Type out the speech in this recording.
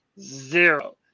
zero